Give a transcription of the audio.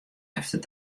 efter